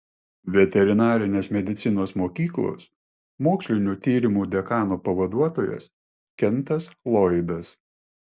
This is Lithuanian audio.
veterinarinės medicinos mokyklos mokslinių tyrimų dekano pavaduotojas kentas loydas